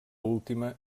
última